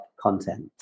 content